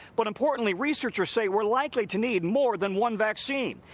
but importantly, researchers say we are likely to need more than one vaccine,